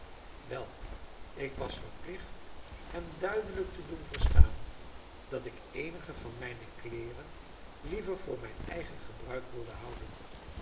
wel ik was verplicht hem duidelijk te doen verstaan dat ik eenige van mijne kleeren liever voor mijn eigen gebruik wilde houden